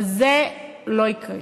אבל זה לא יקרה.